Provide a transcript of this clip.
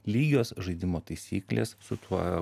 lygios žaidimo taisyklės su tuo